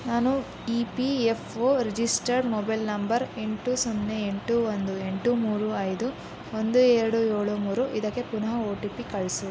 ನಾನು E P F O registered mobile number ಎಂಟು ಸೊನ್ನೆ ಎಂಟು ಒಂದು ಎಂಟು ಮೂರು ಐದು ಒಂದು ಎರಡು ಏಳು ಮೂರು ಇದಕ್ಕೆ ಪುನಃ ಒ ಟಿ ಪಿ ಕಳಿಸು